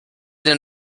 den